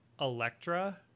Electra